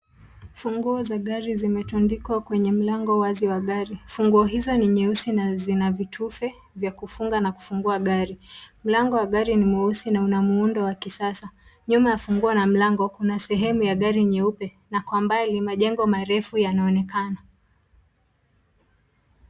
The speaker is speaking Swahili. Funguo za gari zimetundikwa kwenye mlango wazi wa gari. Funguo hizo ni nyeusi na zina vitufe vya kufunga na kufungua gari. Mlango wa gari ni mweusi na una muundo wa kisasa. Nyuma ya funguo na mlango, kuna sehemu ya gari nyeupe na kwa mbali, majengo marefu yanaonekana.